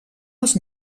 els